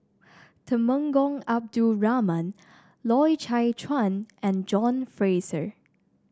Temenggong Abdul Rahman Loy Chye Chuan and John Fraser